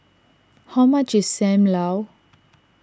how much is Sam Lau